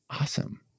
awesome